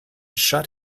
shut